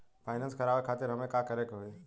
Finance करावे खातिर हमें का करे के होई?